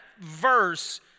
verse